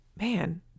man